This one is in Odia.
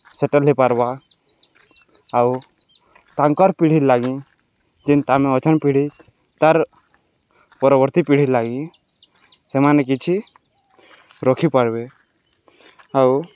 ସେଟେଲ୍ ହେଇପାର୍ବା ଆଉ ତାଙ୍କର୍ ପିଢ଼ି ଲାଗି ଯେନ୍ ଆମେ ଅଛନ୍ ପିଢ଼ି ତାର୍ ପରବର୍ତ୍ତୀ ପିଢ଼ି ଲାଗି ସେମାନେ କିଛି ରଖିପାର୍ବେ ଆଉ